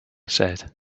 said